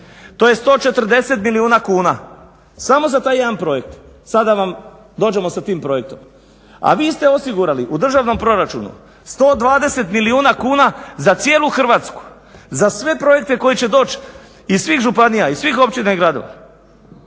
to je 140 milijuna kuna, samo za taj jedan projekt. Sada vam dođemo s tim projektom, a vi ste osigurali u državnom proračunu 120 milijuna kuna za cijelu Hrvatsku, za sve projekte koji će doći iz svih županija, iz svih općina i gradova.